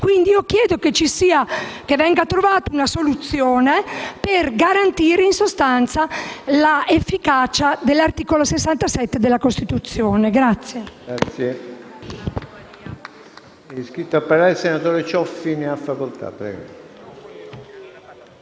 Quindi, io chiedo che venga trovata una soluzione per garantire, in sostanza, l'efficacia dell'articolo 67 della Costituzione.